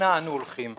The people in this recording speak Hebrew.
אנה אנו הולכים?